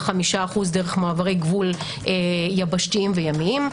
ו-5% דרך מעברי גבול יבשתיים וימיים,